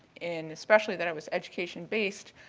and especially that it was education based,